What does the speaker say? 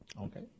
Okay